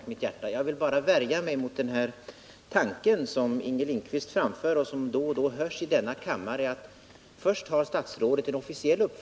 att erhålla studiemedel